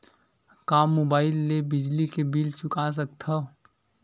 का मुबाइल ले बिजली के बिल चुका सकथव?